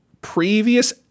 previous